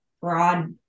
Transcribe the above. broad